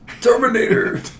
Terminator